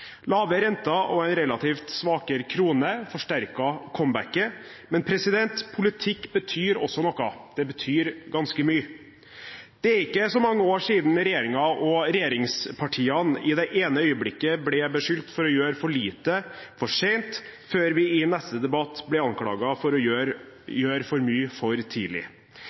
Lave renter og en relativt sett svakere krone forsterket comebacket, men politikk betyr også noe. Det betyr ganske mye. Det er ikke så mange år siden regjeringen og regjeringspartiene i det ene øyeblikket ble beskyldt for å gjøre for lite, for sent, før vi i neste debatt ble anklaget for å gjøre for mye, for tidlig.